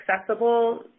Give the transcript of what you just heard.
accessible